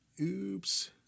Oops